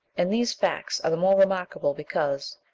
and these facts are the more remarkable because,